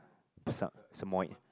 sa~ Samoyed